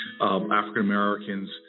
African-Americans